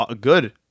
good